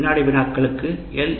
வினாடி வினாக்களுக்கு எல்